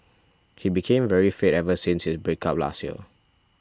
he became very fit ever since his breakup last year